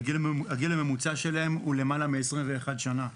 הגיל הממוצע שלהם הוא למעלה מ-21 שנה.